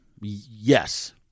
yes